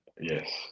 Yes